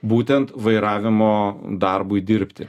būtent vairavimo darbui dirbti